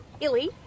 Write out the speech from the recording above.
Illy